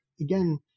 Again